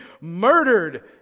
murdered